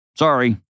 sorry